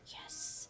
yes